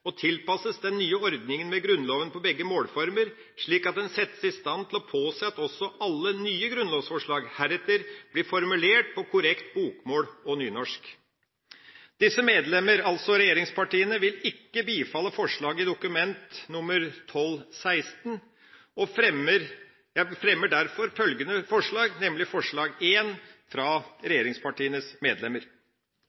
og tilpasses den nye ordninga med Grunnloven på begge målformer, slik at en settes i stand til å påse at også alle nye grunnlovsforslag heretter blir formulert på korrekt bokmål og nynorsk. Disse medlemmer – altså de fra regjeringspartiene – vil ikke bifalle forslaget i Dokument nr. 12:16. Jeg fremmer derfor følgende forslag: forslag nr.1 fra